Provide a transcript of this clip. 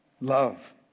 Love